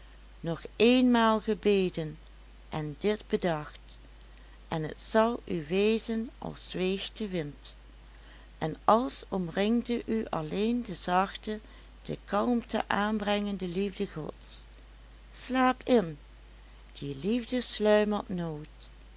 nog eenmaal gebeden en dit bedacht en het zal u wezen als zweeg de wind en als omringde u alleen de zachte de kalmte aanbrengende liefde gods slaapt in die liefde sluimert nooit